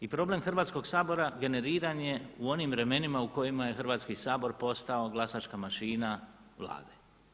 I problem Hrvatskog sabora generiran je u onim vremenima u kojima je Hrvatski sabor postao glasačka mašina Vlade.